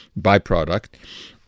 byproduct